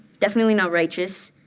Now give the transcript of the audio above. definitely not righteous,